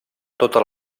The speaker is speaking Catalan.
tota